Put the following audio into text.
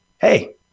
hey